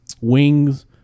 wings